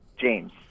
James